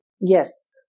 Yes